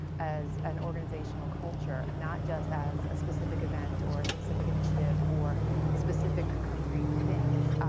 as an organizational culture, not just as a specific event or a specific initiative or specific, concrete things.